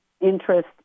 interest